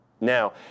Now